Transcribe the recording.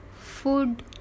food